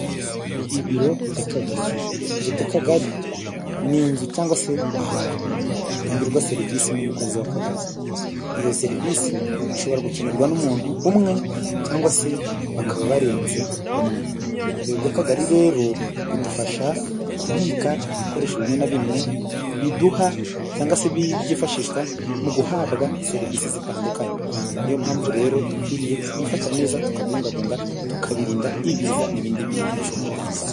Ibiro by'Akagari, ibiro by'Akagari ni inzu cyangwa se ahantu hatangirwa serivisi n'umukozi w'Akagari, iyo serivisi ishobora gukenerwa n'umuntu umwe cyangwa se bakaba barenze umwe. Ibiro by'Akagari rero bidufasha kubika ibikoresho bimwe na bimwe biduha cyangwa se byifashishwa mu guhabwa serivisi zitandukanye. N'iyo mpamvu rero dukwiriye kubifata neza tukabibungabunga, tukabirinda ibiza n'ibindi bintu bishobora kubyangiriza.